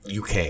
UK